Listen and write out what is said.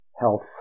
health